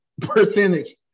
percentage